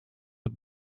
het